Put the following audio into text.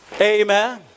Amen